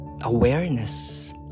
awareness